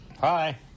Hi